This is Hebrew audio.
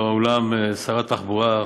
יושב אתנו באולם שר התחבורה,